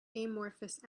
amorphous